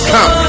Come